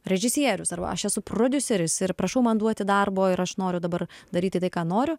režisierius arba aš esu prodiuseris ir prašau man duoti darbo ir aš noriu dabar daryti tai ką noriu